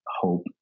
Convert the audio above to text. hope